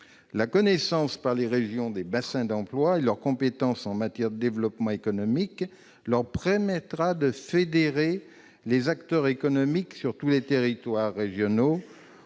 La connaissance par les régions des bassins d'emploi et leurs compétences en matière de développement économique leur permettra de fédérer les acteurs économiques sur tous les territoires régionaux